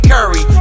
Curry